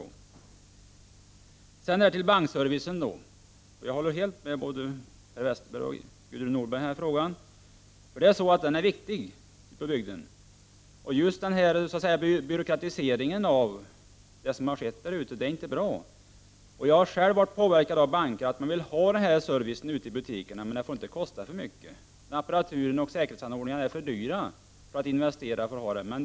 När det gäller bankservice håller jag helt med Per Westerberg och Gudrun Norberg. Den är viktig i bygden. Men att det skett en byråkratisering är inte bra. Jag vet själv att bankerna vill ha den här servicen ute i bygderna, men det får inte kosta alltför mycket. Apparatur och säkerhetsanordningar är dyra investeringar.